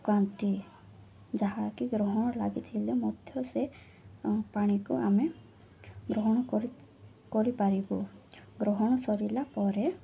ପକାନ୍ତି ଯାହାକି ଗ୍ରହଣ ଲାଗିଥିଲେ ମଧ୍ୟ ସେ ପାଣିକୁ ଆମେ ଗ୍ରହଣ କରି କରିପାରିବୁ ଗ୍ରହଣ ସରିଲା ପରେ